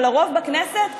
אבל הרוב בכנסת,